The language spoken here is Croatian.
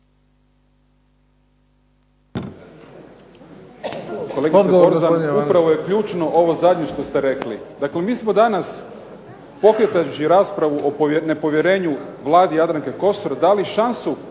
Željko (SDP)** Upravo je ključno ovo zadnje što ste rekli. Dakle, mi smo danas pokretavši raspravu o nepovjerenju Vladi Jadranke Kosor dali šansu